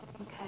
Okay